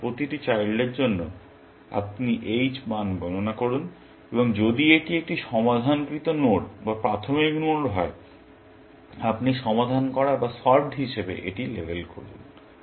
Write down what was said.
সুতরাং প্রতিটি চাইল্ডের জন্য আপনি h মান গণনা করুন এবং যদি এটি একটি সমাধানকৃত নোড বা প্রাথমিক নোড হয় আপনি সমাধান করা বা সল্ভড হিসাবে এটি লেবেল করুন